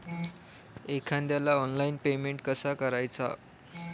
एखाद्याला online payment कसा करायचा?